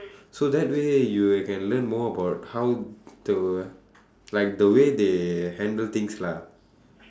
so that way you can learn more about how to like the way they handle things lah